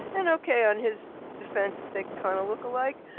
and okay, on his defense, they kind of look alike.